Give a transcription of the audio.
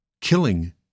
killing